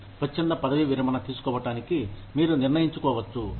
స్వచ్ఛంద పదవి విరమణ తీసుకోవటానికి మీరు నిర్ణయించుకోవచ్చు